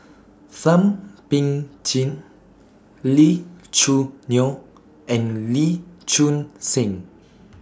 Thum Ping Tjin Lee Choo Neo and Lee Choon Seng